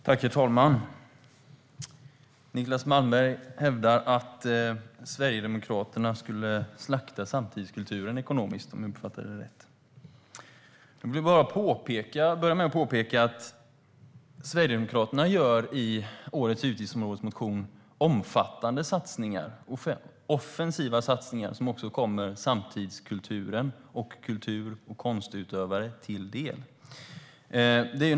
Herr talman! Niclas Malmberg hävdar att Sverigedemokraterna skulle slakta samtidskulturen ekonomiskt, om jag uppfattade det rätt. Jag vill börja med att påpeka att Sverigedemokraterna i årets utgiftsområdesmotion gör offensiva satsningar som kommer samtidskulturen och kultur och konstutövare till del.